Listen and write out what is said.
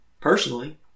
personally